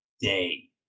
day